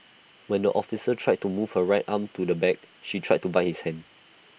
when the officer tried to move her right arm to the back she tried to bite his hand